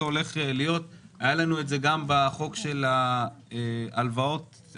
הצבעה ההסתייגות לא אושרה.